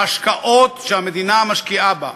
בהשקעות שהמדינה משקיעה בה.